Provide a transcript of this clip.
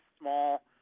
small